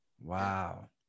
wow